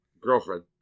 girlfriend